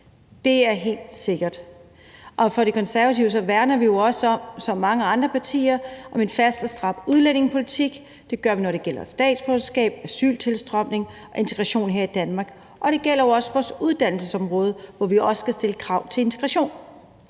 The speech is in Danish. det er helt sikkert. I Konservative værner vi som mange andre partier jo også om en fast og stram udlændingepolitik. Det gør vi, når det gælder statsborgerskab, asyltilstrømning og integration her i Danmark, og det gælder jo også vores uddannelsesområde, hvor vi også skal stille krav til integrationen.